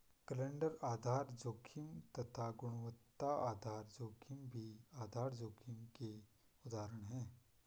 calendar आधार जोखिम तथा गुणवत्ता आधार जोखिम भी आधार जोखिम के उदाहरण है